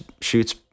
shoots